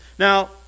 Now